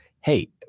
hey